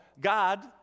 God